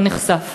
לא נחשף.